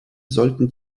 sollten